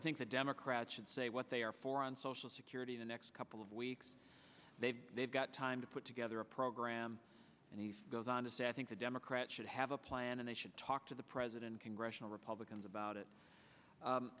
i think the democrats should say what they are for on social security the next couple of weeks they've they've got time to put together a rahm and he goes on to say i think the democrats should have a plan and they should talk to the president congressional republicans about it